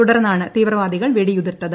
തുടർന്നാണ് തീവ്രവാദികൾ വെടിയുതിർത്തത്